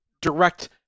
direct